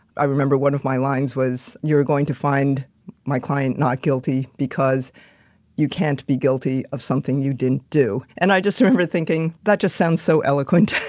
i remember one of my lines was, you're going to find my client not guilty because you can't be guilty of something you didn't do. and i just remember thinking that just sounds so eloquent.